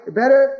better